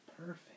perfect